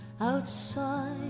Outside